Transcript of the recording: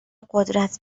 قدرت